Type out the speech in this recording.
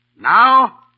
Now